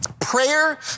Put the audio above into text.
prayer